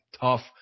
tough